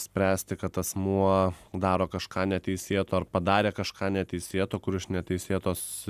spręsti kad asmuo daro kažką neteisėto ar padarė kažką neteisėto kur iš neteisėtos